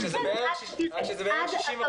רק שזה בערך 60%. כן,